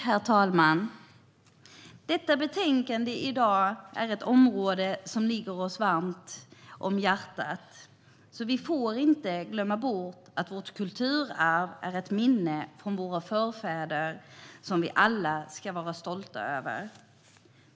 Herr talman! Det betänkande som vi debatterar nu gäller ett område som ligger oss varmt om hjärtat. Vi får därför inte glömma bort att vårt kulturarv är ett minne från våra förfäder som vi alla ska vara stolta över.